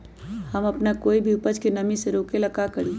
हम अपना कोई भी उपज के नमी से रोके के ले का करी?